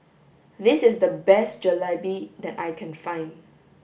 this is the best Jalebi that I can find